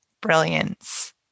brilliance